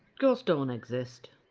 ghosts don't exist.